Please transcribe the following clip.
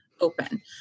open